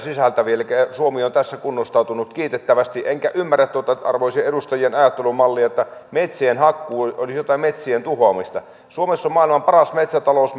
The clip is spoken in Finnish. sisältäviä elikkä suomi on tässä kunnostautunut kiitettävästi enkä ymmärrä tuota arvoisien edustajien ajattelumallia että metsien hakkuu olisi jotain metsien tuhoamista suomessa on maailman paras metsätalous